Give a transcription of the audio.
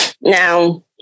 Now